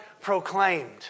proclaimed